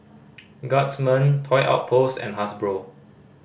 Guardsman Toy Outpost and Hasbro